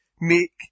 make